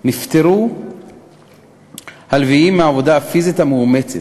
נפטרו הלוויים מהעבודה הפיזית המאומצת,